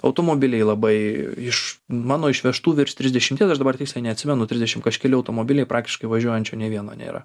automobiliai labai iš mano išvežtų virš trisdešimties aš dabar tiksliai neatsimenu trisdešim kažkeli automobiliai praktiškai važiuojančių nė vieno nėra